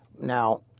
Now